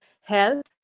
health